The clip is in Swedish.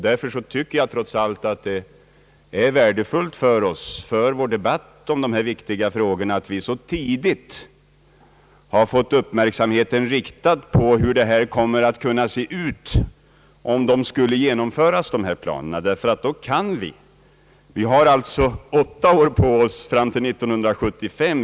Därför tycker jag trots allt att det är värdefullt för oss och för vår debatt, att vi för SJ:s del så tidigt fått uppmärksamheten riktad på hur det kommer att se ut om dess planer skulle genomföras. Vi har åtta år på oss fram till 1975.